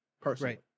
personally